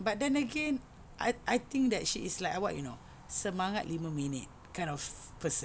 but then again I I think that she is like what you know semangat lima minit kind of person